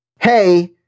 Hey